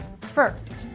first